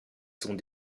sont